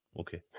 Okay